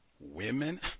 women